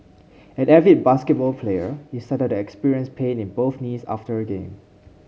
an avid basketball player he started experience pain in both knees after a game